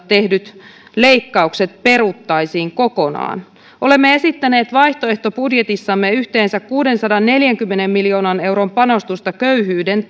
tehdyt leikkaukset peruttaisiin kokonaan olemme esittäneet vaihtoehtobudjetissamme yhteensä kuudensadanneljänkymmenen miljoonan euron panostusta köyhyyden